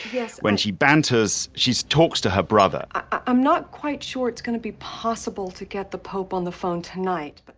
yes, when she banters, she's talks to her brother. i'm not quite sure it's gonna be possible to get the pope on the phone tonight.